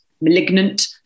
malignant